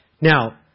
Now